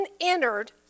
entered